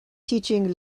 teaching